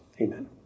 Amen